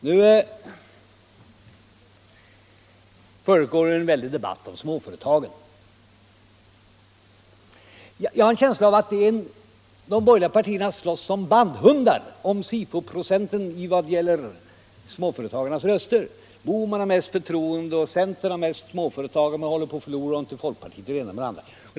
Nu pågår det en väldig debatt om småföretagen. Jag har en känsla av att de borgerliga partierna slåss som bandhundar om SIFO-procenten i vad gäller småföretagarnas röster. Herr Bohman har mest förtroende och centern har mest småföretagare men håller på att förlora dem till folkpartiet och det ena med det andra.